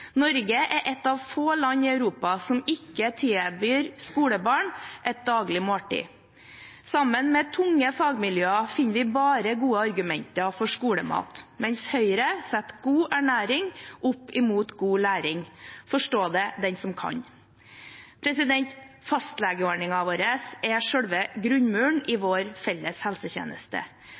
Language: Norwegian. Norge er ett av få land i Europa som ikke tilbyr skolebarn et daglig måltid. Sammen med tunge fagmiljøer finner vi bare gode argumenter for skolemat, mens Høyre setter god ernæring opp mot god læring. Forstå det den som kan. Fastlegeordningen vår er selve grunnmuren i vår felles helsetjeneste.